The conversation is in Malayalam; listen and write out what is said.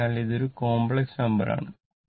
അതിനാൽ ഇത് ഒരു കോംപ്ലക്സ് നമ്പർ ആണ്